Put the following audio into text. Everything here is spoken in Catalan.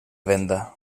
venda